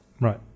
right